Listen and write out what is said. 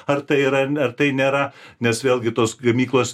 ar tai yra ar tai nėra nes vėlgi tos gamyklos